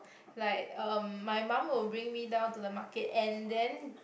like uh my mum will bring me down to the market and then